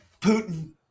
Putin